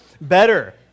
better